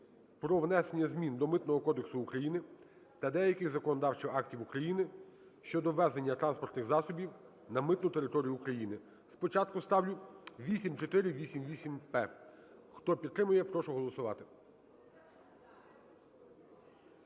"Про внесення змін до Митного кодексу України та деяких законодавчих актів України щодо ввезення транспортних засобів на митну територію України". Спочатку ставлю 8488-П. Хто підтримує, прошу голосувати.